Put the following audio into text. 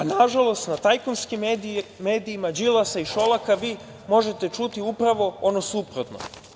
Nažalost, na tajkunskim medijima Đilasa i Šolaka možete čuti upravo ono suprotno.